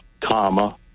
Comma